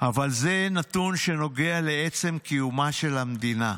אבל זה נתון שנוגע לעצם קיומה של המדינה.